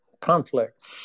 conflict